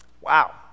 Wow